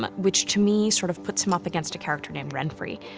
um which to me, sort of puts him up against a character named renfri.